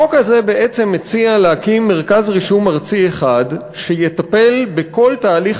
החוק הזה מציע להקים מרכז רישום ארצי אחד שיטפל בכל תהליך